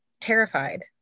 terrified